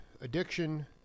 addiction